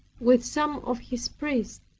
with some of his priests,